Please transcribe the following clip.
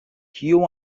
kiom